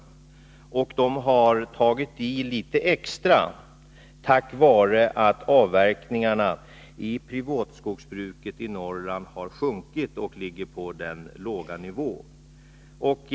Domänverket har tagit i litet extra på grund av att avverkningarna i privatskogsbruket i Norrland har sjunkit och ligger på så låg nivå som de gör.